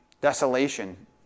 desolation